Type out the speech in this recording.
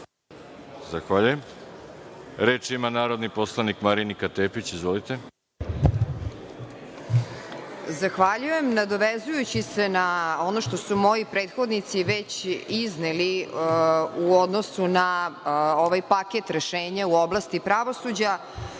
Arsić** Reč ima narodni poslanika Marinika Tepić. **Marinika Tepić** Zahvaljujem. Nadovezujući se na ono što su moji prethodnici izneli u odnosu na ovaj paket rešenja u oblasti pravosuđa,